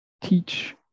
teach